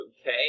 okay